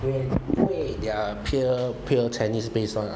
ya 因为 they are pure pure chinese based [one] [what]